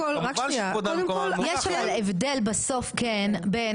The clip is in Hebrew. יש הבדל בסוף כן בין,